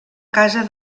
casa